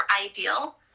ideal